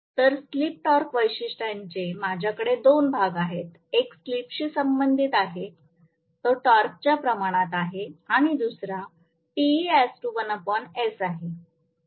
तर slip torque वैशिष्ट्यांचे माझ्याकडे दोन भाग आहेत एक स्लिपशी संबंधित आहे तो टॉर्कच्या प्रमाणात आहे आणि दुसरा आहे